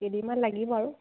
কেইদিনমান লাগিব আৰু